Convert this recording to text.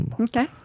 Okay